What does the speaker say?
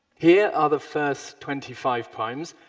here are the first twenty five primes.